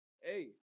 Hey